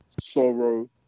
sorrow